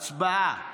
הצבעה.